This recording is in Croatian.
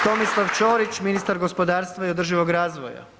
Tomislav Ćorić, ministar gospodarstva i održivog razvoja.